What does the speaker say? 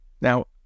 Now